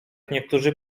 niektórzy